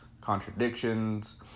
contradictions